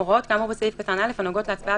הוראות כאמור בסעיף קטן (א) הנוגעות להצבעה